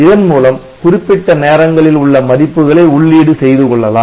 இதன் மூலம் குறிப்பிட்ட நேரங்களில் உள்ள மதிப்புகளை உள்ளீடு செய்து கொள்ளலாம்